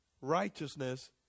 Righteousness